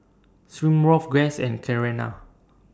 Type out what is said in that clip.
Smirnoff Guess and Carrera